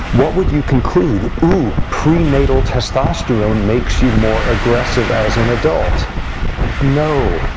what would you conclude? oh, prenatal testosterone makes you more aggressive as an adult no.